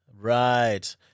Right